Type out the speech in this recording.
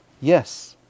yes